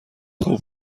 خوب